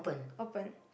open